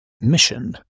mission